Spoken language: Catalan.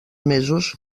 mesos